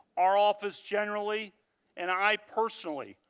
our office generally and i personally,